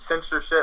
censorship